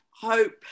hope